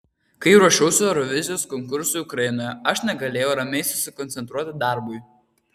kai ruošiausi eurovizijos konkursui ukrainoje aš negalėjau ramiai susikoncentruoti darbui